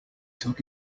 took